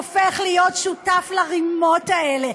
הופך להיות שותף לרימות האלה,